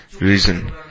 reason